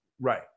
Right